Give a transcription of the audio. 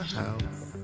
house